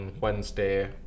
Wednesday